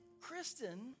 Kristen